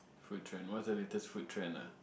food trend what's the latest food trend ah